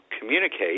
communicate